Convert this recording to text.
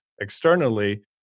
externally